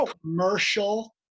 commercial